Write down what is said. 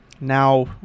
now